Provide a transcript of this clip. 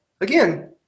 again